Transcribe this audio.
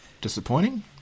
disappointing